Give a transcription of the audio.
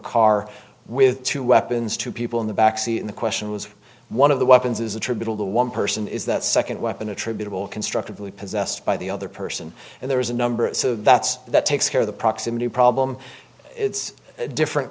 car with two weapons two people in the backseat and the question was one of the weapons is attributed to one person is that second weapon attributable constructively possessed by the other person and there was a number so that's that takes care of the proximity problem it's a different